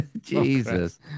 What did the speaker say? Jesus